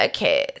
Okay